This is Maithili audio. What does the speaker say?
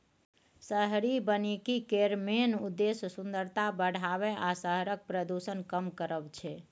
शहरी बनिकी केर मेन उद्देश्य सुंदरता बढ़ाएब आ शहरक प्रदुषण कम करब छै